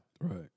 Right